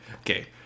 okay